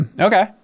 Okay